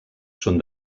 són